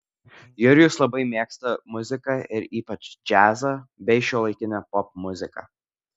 jurijus labai mėgsta muziką ir ypač džiazą bei šiuolaikinę popmuziką